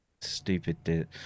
stupid